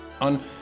On